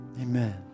Amen